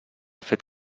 fet